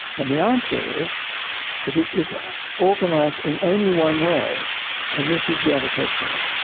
and the answer is that it is organised in only one way and this is gravitationally.